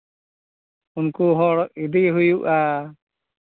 ᱩᱱᱠᱩ ᱦᱚᱲ ᱤᱫᱤ ᱦᱩᱭᱩᱜᱼᱟ